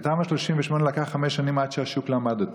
לתמ"א 38 לקח חמש שנים עד שהשוק למד אותה.